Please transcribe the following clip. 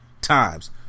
times